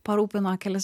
parūpino kelis